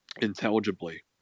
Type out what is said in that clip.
intelligibly